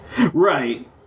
right